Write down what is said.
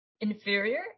inferior